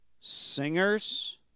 singers